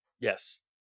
Yes